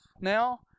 now